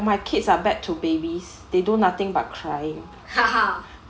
my kids are back to babies they do nothing but crying